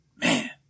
Man